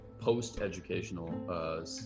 post-educational